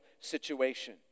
situation